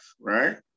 right